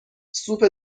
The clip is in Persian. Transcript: سوپ